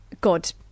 God